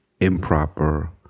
improper